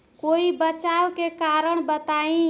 कोई बचाव के कारण बताई?